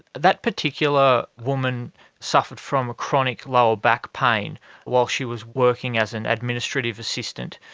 that particular woman suffered from chronic lower back pain while she was working as an administrative assistant.